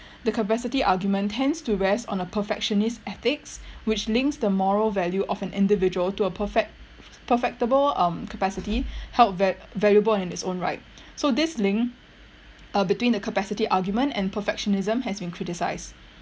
the capacity argument tends to on rest a perfectionist ethics which links the moral value an individual to a perfect perfectible um capacity held va~ valuable in it's own right so this link uh between the capacity argument and perfectionism has been criticised